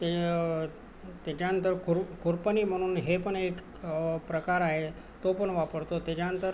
ते त्याच्यानंतर खुरप् खुरपणी म्हणून हे पण एक प्रकार आहे तो पण वापरतो त्याच्यानंतर